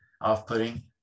off-putting